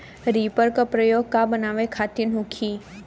Reaper का प्रयोग का बनावे खातिन होखि?